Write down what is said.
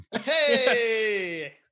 Hey